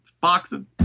boxing